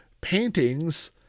paintings